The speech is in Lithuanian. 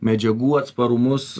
medžiagų atsparumus